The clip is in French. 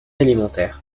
alimentaire